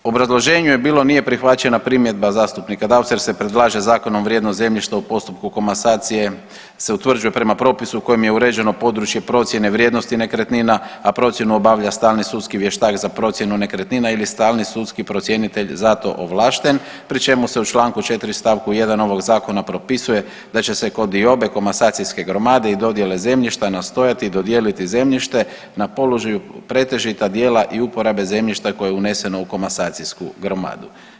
U obrazloženju je bilo nije prihvaćena primjedba zastupnika Dausa jer se predlaže zakonom vrijednost zemljišta u postupku komasacije se utvrđuje prema popisu u kojem je uređeno područje procjene vrijednosti nekretnina, a procjenu obavlja stalni sudski vještak za procjenu nekretnina ili stalni sudski procjenitelj za to ovlašten pri čemu se u Članku 4. stavku 1. ovog zakona propisuje da će se kod diobe komasacijske gromade i dodjele zemljišta nastojati dodijeliti zemljište na položaju pretežita dijela i uporabe zemljišta koje je uneseno u komasacijsku gromadu.